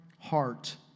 heart